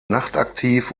nachtaktiv